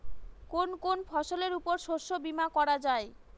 কোন কোন ফসলের উপর শস্য বীমা করা যায়?